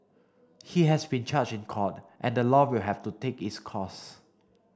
he has been charged in court and the law will have to take its course